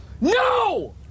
no